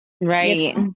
Right